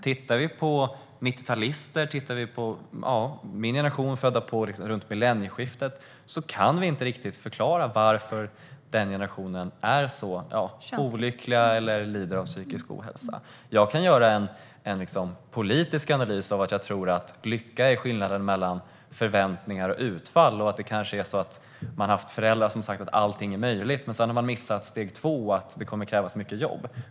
När det gäller 90-talister - min generation, människor som är födda runt millennieskiftet - kan vi inte riktigt förklara varför människor i den generationen är så olyckliga eller lider av psykisk ohälsa. Jag kan göra en politisk analys utifrån att jag tror att lycka är skillnaden mellan förväntningar och utfall. Kanske har man haft föräldrar som har sagt att allting är möjligt, men sedan har man missat nästa steg, nämligen att det kommer att krävas mycket jobb.